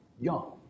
young